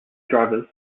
drivers